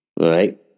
Right